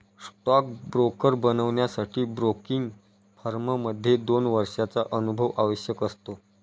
stock broker बनण्यासाठी broking firm मध्ये दोन वर्षांचा अनुभव आवश्यक असतो